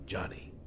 Johnny